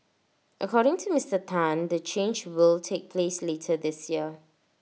according to Mister Tan the change will take place later this year